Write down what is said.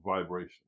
vibration